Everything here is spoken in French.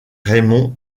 raymond